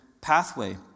pathway